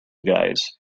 guys